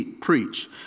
preach